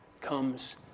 comes